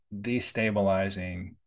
destabilizing